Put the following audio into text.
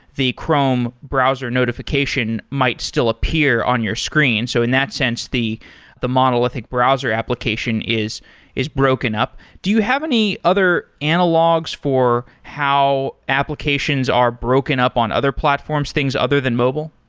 the chrome browser notification might still appear on your screen. so in that sense, the the monolithic browser application is is broken up. do you have any other analogues for how applications are broken up on other platforms, things other than mobile?